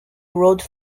erode